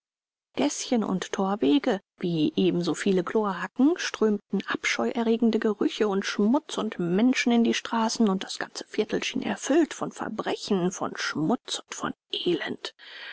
gäßchen und thorwege wie ebensoviele kloaken strömten abscheuerregende gerüche und schmutz und menschen in die straßen und das ganze viertel schien erfüllt von verbrechen von schmutz und von elend